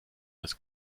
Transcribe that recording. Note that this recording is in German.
das